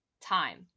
time